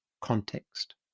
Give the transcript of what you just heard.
context